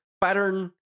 pattern